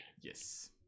Yes